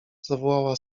zawołała